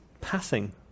passing